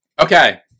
Okay